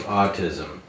autism